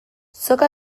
soka